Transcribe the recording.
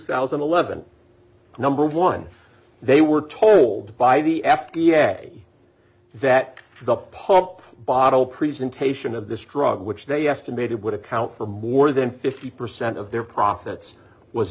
thousand and eleven number one they were told by the f d a that the pop bottle presentation of this drug which they estimated would account for more than fifty percent of their profits was